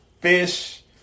fish